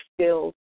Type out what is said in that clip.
skills